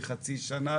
לחצי שנה,